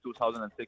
2006